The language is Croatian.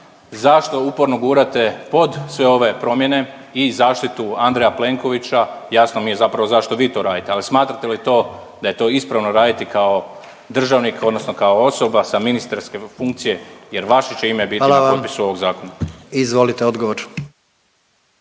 zašto uporno gurate pod sve ove promjene i zaštitu Andreja Plenkovića jasno mi je zapravo zašto vi to radite, ali smatrate li to da je to ispravno raditi kao državnik odnosno kao osoba sa ministarske funkcije jer vaše će ime biti … …/Upadica predsjednik: Hvala vam./… … na potpisu ovog